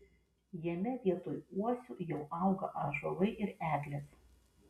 jame vietoj uosių jau auga ąžuolai ir eglės